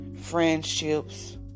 friendships